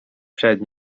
przed